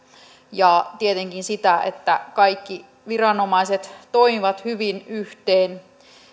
ja tietenkin sitä että kaikki viranomaiset toimivat hyvin yhteen